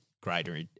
greater